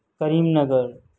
کریم Nagar